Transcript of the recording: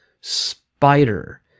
spider